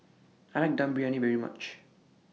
I Dum Briyani very much